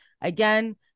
again